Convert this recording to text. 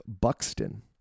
Buxton